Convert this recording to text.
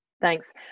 Thanks